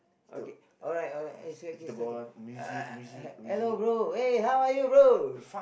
okay alright alright is okay okay uh h~ hello bro eh how are you bro